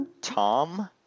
Tom